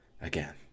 again